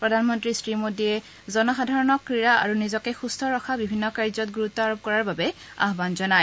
প্ৰধানমন্নী শ্ৰী মোদীয়ে জনসাধাৰণক ক্ৰীড়া আৰু নিজকে সূস্থ ৰখা বিভিন্ন কাৰ্যত গুৰুত্ব আৰোপ কৰাৰ বাবে আহ্বান জনায়